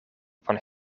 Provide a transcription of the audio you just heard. van